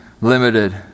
limited